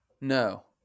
No